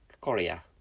Korea